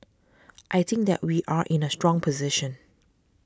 I think that we are in a strong position